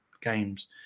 games